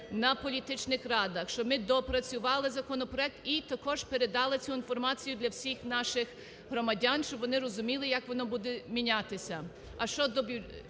на політичних радах, щоб ми доопрацювали законопроект і також передали цю інформацію для всіх наших громадян, щоб вони розуміли, як воно буде мінятися.